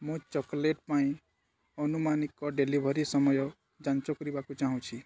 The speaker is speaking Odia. ମୁଁ ଚକୋଲେଟ୍ ପାଇଁ ଆନୁମାନିକ ଡେଲିଭରି ସମୟ ଯାଞ୍ଚ କରିବାକୁ ଚାହୁଁଛି